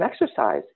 exercise